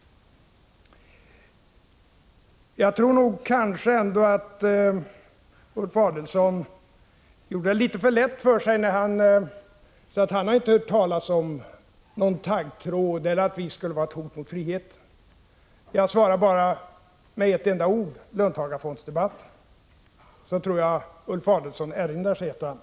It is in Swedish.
Jag tror att Ulf Adelsohn gjorde det litet för lätt för sig när han sade att han inte hört någon tala om taggtråd i samband med oss eller att han inte hört talas om att vi skulle vara ett hot mot friheten. På det svarar jag bara med ett enda ord: Löntagarfondsdebatten! Då tror jag Ulf Adelsohn erinrar sig ett och annat.